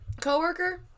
Coworker